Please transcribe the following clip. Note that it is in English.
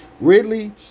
Ridley